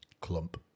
Clump